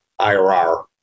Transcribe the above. IRR